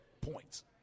points